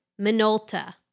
Minolta